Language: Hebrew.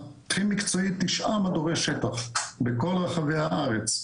אנחנו מנהלים מקצועית תשעה מדורי שטח בכל רחבי הארץ,